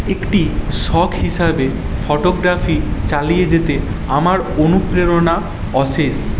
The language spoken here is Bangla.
একটি শখ হিসাবে ফটোগ্রাফি চালিয়ে যেতে আমার অনুপ্রেরণা অশেষ